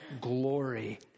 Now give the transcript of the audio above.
glory